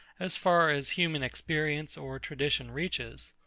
as far as human experience or tradition reaches.